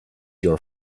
your